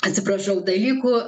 atsiprašau dalykų